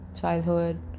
childhood